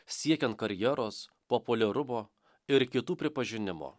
siekiant karjeros populiarumo ir kitų pripažinimo